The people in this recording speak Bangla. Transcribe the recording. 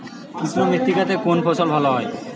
কৃষ্ণ মৃত্তিকা তে কোন ফসল ভালো হয়?